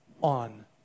on